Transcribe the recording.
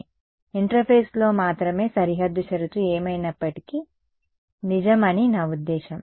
interface వద్ద మాత్రమే ఇంటర్ఫేస్లో మాత్రమే సరిహద్దు షరతు ఏమైనప్పటికీ నిజం అని నా ఉద్దేశ్యం